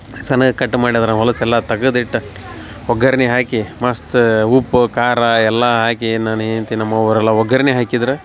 ಸಣ್ಣಗ ಕಟ್ ಮಾಡಿ ಅದ್ರ ಹೊಲಸೆಲ್ಲ ತಗದಿಟ್ಟ ಒಗ್ಗರ್ಣಿ ಹಾಕಿ ಮಸ್ತು ಉಪ್ಪು ಖಾರ ಎಲ್ಲಾ ಹಾಕಿ ನನ್ನ ಹೆಂಡತಿ ನಮ್ಮ ಅವ್ವರ ಎಲ್ಲ ಒಗ್ಗರ್ಣಿ ಹಾಕಿದ್ರೆ